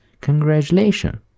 congratulations